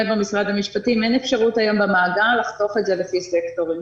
אין אפשרות היום במאגר לחתוך את זה לפי סקטורים.